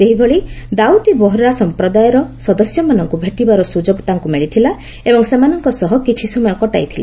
ସେହିଭଳି ଦାଉଦୀ ବୋହରା ସମ୍ପ୍ରଦାୟର ସଦସ୍ୟମାନଙ୍କୁ ଭେଟିବାର ସୁଯୋଗ ତାଙ୍କୁ ମିଳିଥିଲା ଏବଂ ସେମାନଙ୍କ ସହ କିଛିସମୟ କଟାଇଥିଲେ